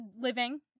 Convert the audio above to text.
living